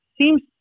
seems